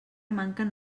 manquen